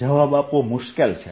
જવાબ આપવો મુશ્કેલ છે